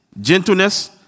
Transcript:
gentleness